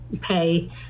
pay